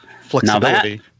flexibility